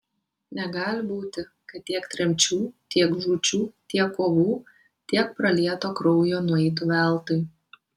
negali būti kad tiek tremčių tiek žūčių tiek kovų tiek pralieto kraujo nueitų veltui